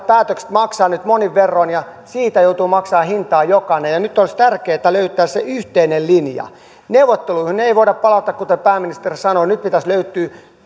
päätökset maksavat nyt monin verroin ja siitä joutuu maksamaan hintaa jokainen nyt olisi tärkeätä löytää se yhteinen linja neuvotteluihin ei voida palata kuten pääministeri sanoi vaan nyt pitäisi löytyä